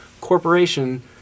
corporation